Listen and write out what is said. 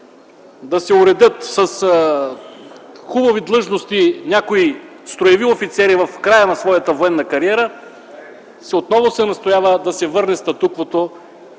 да се уредят с хубави длъжности някои строеви офицери в края на своята военна кариера, отново се настоява да се върне статуквото,